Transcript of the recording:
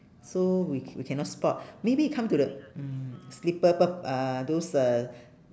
so we c~ we cannot spot maybe we come to the mm slipper uh those uh